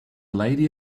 lady